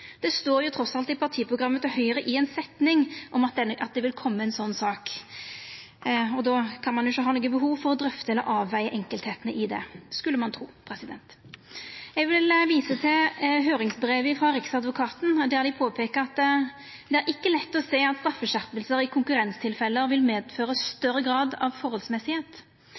Det står trass alt i ei setning i partiprogrammet til Høgre at det vil koma ei slik sak. Og då kan ein jo ikkje ha noko behov for å drøfta eller avvega dei einskilde delane i det, skulle ein tru. Eg vil visa til høyringsbrevet frå Riksadvokaten, der dei påpeikar: «Det er ikke lett å se at straffskjerpelser i konkurrenstilfeller vil medføre større grad av forholdsmessighet